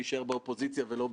רואים את זה בכל ההתנהלות בכנסת,